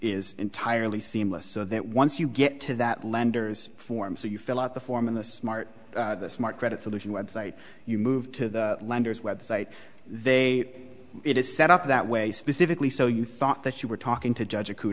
is entirely seamless so that once you get to that lenders form so you fill out the form in the smart smart credit solution website you move to the lenders website they it is set up that way specifically so you thought that you were talking to judge a